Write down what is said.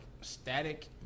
static